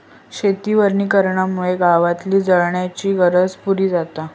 शेती वनीकरणामुळे गावातली जळणाची गरज पुरी जाता